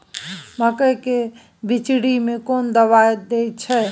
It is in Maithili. मकई के बिचरी में कोन दवाई दे छै?